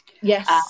Yes